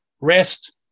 rest